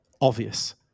obvious